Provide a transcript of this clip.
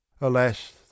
Alas